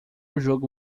jogo